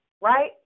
right